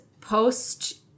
post